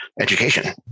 education